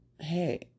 hey